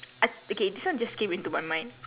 I okay this one just came into my mind